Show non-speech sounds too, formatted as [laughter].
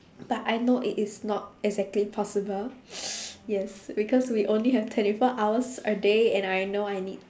but I know it is not exactly possible [noise] yes because we only have twenty four hours a day and I know I need